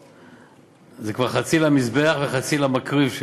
זה כבר חצי למזבח וחצי למקריב,